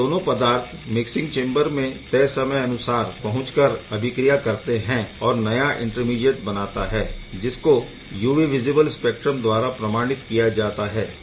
यह दोनों पदार्थ मिक्सिंग चेम्बर में तय समय अनुसार पहुँच कर अभिक्रिया करते है और नया इंटरमीडीएट बनाता हैजिसको UV विज़िबल स्पेक्ट्रा द्वारा प्रमाणित किया जाता है